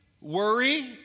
worry